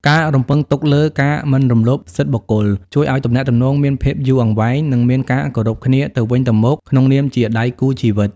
ការរំពឹងទុកលើ "ការមិនរំលោភសិទ្ធិបុគ្គល" ជួយឱ្យទំនាក់ទំនងមានភាពយូរអង្វែង និងមានការគោរពគ្នាទៅវិញទៅមកក្នុងនាមជាដៃគូជីវិត។